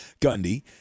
Gundy